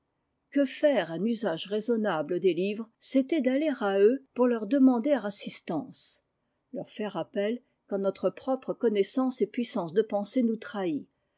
que faire un usage raisonnable des livres c'était aller à eux pour leur demander assistance leur faire appel quand notre propre connaissance et puissance de pensée nous trahit